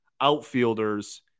outfielders